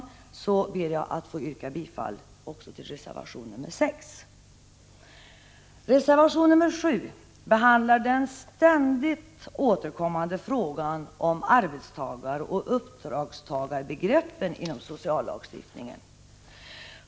Jag ber att få yrka bifall också till reservation nr 6. I reservation nr 7 behandlas den ständigt återkommande frågan om arbetstagaroch uppdragstagarbegreppen inom sociallagstiftningen.